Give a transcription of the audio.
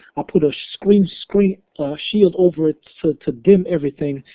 i'll put a screen screen shield over it so to dim everything,